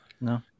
No